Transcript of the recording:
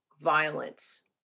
violence